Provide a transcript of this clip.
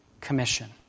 Commission